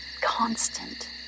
constant